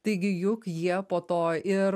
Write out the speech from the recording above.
taigi juk jie po to ir